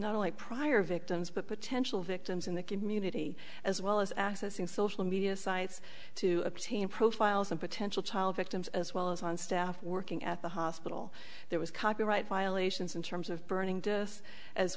not only prior victims but potential victims in the community as well as accessing social media sites to obtain profiles of potential child victims as well as on staff working at the hospital there was copyright violations in terms of burning to us as